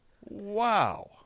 wow